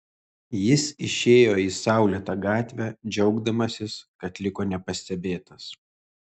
jis išėjo į saulėtą gatvę džiaugdamasis kad liko nepastebėtas